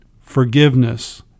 forgiveness